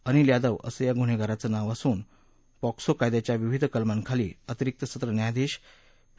अनिल यादव असं या गुन्हेगाराचं नाव असून पोक्सो कायद्याच्या विविध कलमांखाली अतिरिक्त सत्र न्यायाधीश पी